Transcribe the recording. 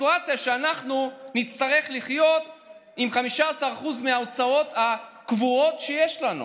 בסיטואציה שאנחנו נצטרך לחיות עם 15% מההוצאות הקבועות שיש לנו,